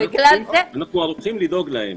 אנחנו ערוכים לדאוג להם.